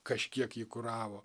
kažkiek jį kuravo